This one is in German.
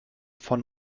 von